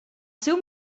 seu